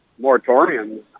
moratoriums